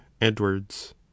edwards